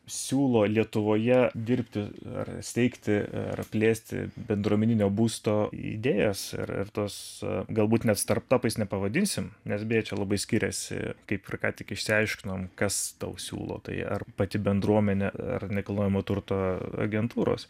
siūlo lietuvoje dirbti ar steigti ar plėsti bendruomeninio būsto idėjas ir ir tos galbūt net startapais nepavadinsim nes beje čia labai skiriasi kaip ir ką tik išsiaiškinom kas tau siūlo tai ar pati bendruomenė ar nekilnojamo turto agentūros